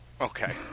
Okay